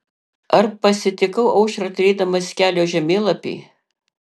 ar pasitikau aušrą turėdamas kelio žemėlapį